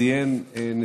ועוברת לוועדת הכלכלה.